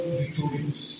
victorious